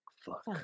fuck